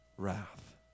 wrath